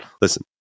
Listen